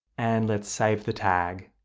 and let's save the tag.